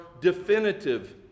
definitive